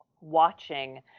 watching